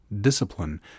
discipline